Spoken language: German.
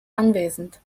anwesend